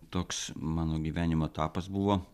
toks mano gyvenimo etapas buvo